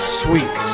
sweet